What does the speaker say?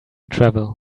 travel